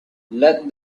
let